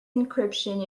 encryption